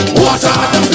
water